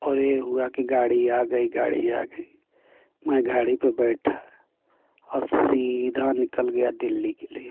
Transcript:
और यह हुआ कि गाड़ी आ गई गाड़ी आ गई मैं गाड़ी पर बैठा और सीधा निकल गया दिल्ली के लिए